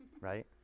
right